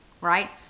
right